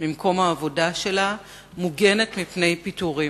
ממקום העבודה שלה, מוגנת מפני פיטורים.